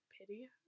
pity